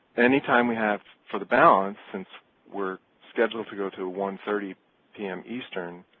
any time we have for the balance since we're scheduled to go to one thirty pm eastern,